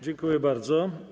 Dziękuję bardzo.